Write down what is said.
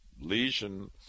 lesion